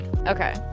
Okay